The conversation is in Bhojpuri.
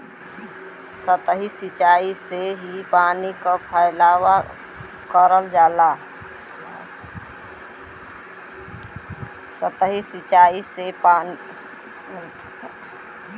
सतही सिचाई से ही पानी क फैलाव करल जाला